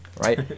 right